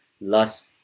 lust